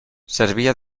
servia